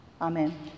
Amen